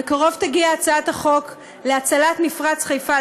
בקרוב תגיע הצעת החוק להצלת מפרץ חיפה,